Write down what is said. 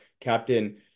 captain